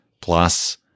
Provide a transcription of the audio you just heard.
plus –